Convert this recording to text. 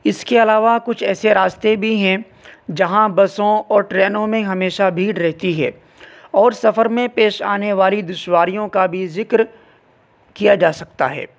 اس کے علاوہ کچھ ایسے راستے بھی ہیں جہاں بسوں اور ٹرینوں میں ہمیشہ بھیڑ رہتی ہے اور سفر میں پیش آنے والی دشواریوں کا بھی ذکر کیا جا سکتا ہے